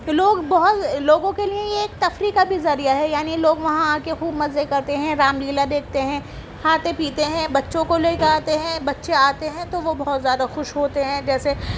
لوگ بہت لوگوں کے لیے یہ ایک تفریح کا بھی ذریعہ ہے یعنی لوگ وہاں آ کے خوب مزے کرتے ہیں رام لیلا دیکھتے ہیں کھاتے پیتے ہیں بچوں کو لے کے آتے ہیں بچے آتے ہیں تو وہ بہت زیادہ خوش ہوتے ہیں جیسے